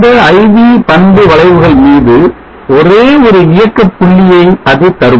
இந்த I V பண்பு வளைவுகள் மீது ஒரே ஒரு இயக்க பள்ளியை அது தரும்